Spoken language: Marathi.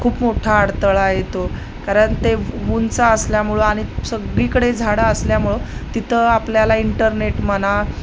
खूप मोठा अडथळा येतो कारण ते उंच असल्यामुळं आणि सगळीकडे झाडं असल्यामुळं तिथं आपल्याला इंटरनेट म्हणा